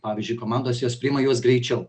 pavyzdžiui komandos jos priima juos greičiau